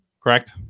correct